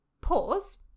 pause